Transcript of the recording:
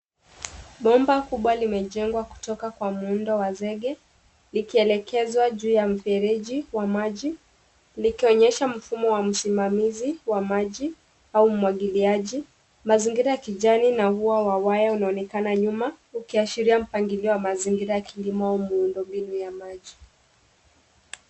Mwamba kubwa umejengwa kutoka muundo wa zege likielekezwa juu ya mfereji kwa maji likionyesha mfumo wa msimamizi wa maji au umwakiliaji. Mazingira wa kijani na ua wa wani unaonekana nyuma. Ikiashiria mpangilio wa mazingira kilimo au muundo mbinu ya maji.